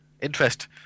interest